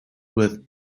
with